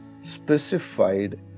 specified